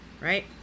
right